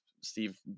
Steve